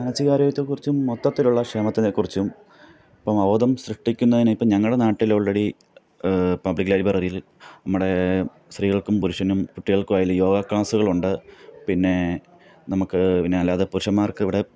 മാനസികാരോഗ്യത്തെക്കുറിച്ചും മൊത്തത്തിലുള്ള ക്ഷേമത്തിനെക്കുറിച്ചും ഇപ്പം അവബോധം സൃഷ്ടിക്കുന്നതിനിപ്പം ഞങ്ങളുടെ നാട്ടിൽ ഓൾറെഡി പബ്ലിക്ക് ലൈബ്രറിയിൽ നമ്മുടെ സ്ത്രീകൾക്കും പുരുഷനും കുട്ടികൾക്കുമായാലും യോഗാക്ലാസ്സുകളുണ്ട് പിന്നേ നമുക്ക് പിന്നെയല്ലാതെ പുരുഷന്മാർക്ക് ഇവിടെ